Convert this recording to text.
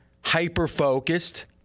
hyper-focused